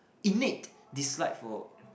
innate dislike for